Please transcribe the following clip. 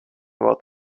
about